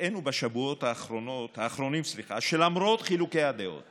הראינו בשבועות האחרונים שלמרות חילוקי הדעות